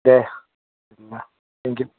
दे होनबा thank U